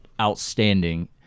outstanding